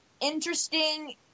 interesting